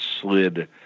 slid